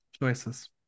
choices